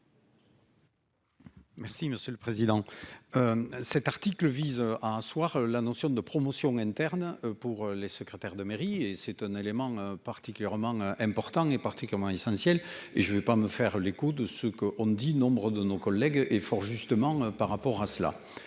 Merci monsieur le président. Cet article vise à un soir la notion de promotion interne pour les secrétaires de mairie et c'est un élément particulièrement important est parti comment essentiel et je ne veux pas me faire l'écho de ce qu'on dit, nombre de nos collègues et fort justement par rapport à cela.